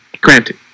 Granted